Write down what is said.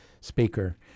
speaker